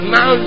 Now